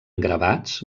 gravats